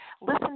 Listen